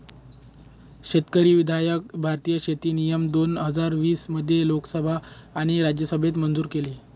शेतकरी विधायक भारतीय शेती नियम दोन हजार वीस मध्ये लोकसभा आणि राज्यसभेत मंजूर केलं